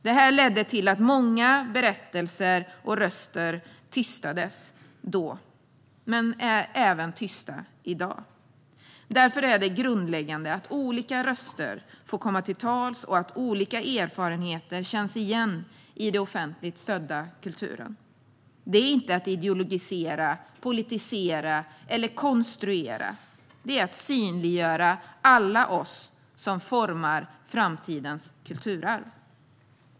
Det ledde till att många berättelser och röster tystades då men är tysta även i dag. Därför är det grundläggande att olika röster får komma till tals och att olika erfarenheter känns igen i den offentligt stödda kulturen. Det är inte att ideologisera, politisera eller konstruera, utan det är att synliggöra alla oss som formar framtidens kulturarv.